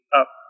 up